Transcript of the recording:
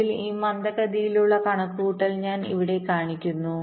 അതിനാൽ ഈ മന്ദഗതിയിലുള്ള കണക്കുകൂട്ടൽ ഞാൻ ഇവിടെ കാണിക്കുന്നു